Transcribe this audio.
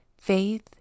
Faith